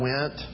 went